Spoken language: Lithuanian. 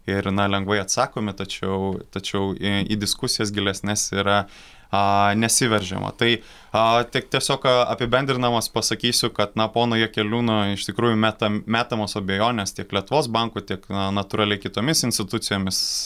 ir na lengvai atsakomi tačiau tačiau į diskusijas gilesnes yra a nesiveržiama tai a tik tiesiog apibendrindamas pasakysiu kad na pono jakeliūno iš tikrųjų metam metamos abejonės tiek lietuvos banku tiek natūraliai kitomis institucijomis